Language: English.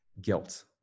guilt